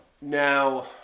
Now